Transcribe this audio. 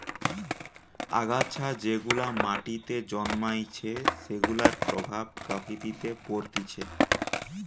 আগাছা যেগুলা মাটিতে জন্মাইছে সেগুলার প্রভাব প্রকৃতিতে পরতিছে